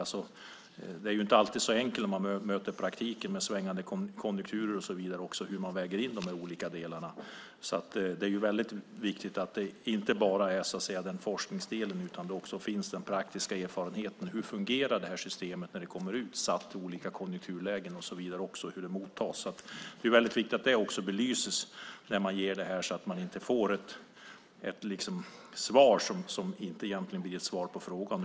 Det är inte alltid så enkelt när man möter praktiken med svängande konjunkturer och så vidare. Det handlar också om hur man väger in dessa olika delar. Det är därför väldigt viktigt att det inte bara handlar om forskningsdelen utan att det också finns praktisk erfarenhet. Hur fungerar detta system när det kommer ut i olika konjunkturlägen och så vidare? Det handlar om hur det mottas. Det är väldigt viktigt att det också belyses, så att man inte får ett svar som egentligen inte är ett svar på frågan.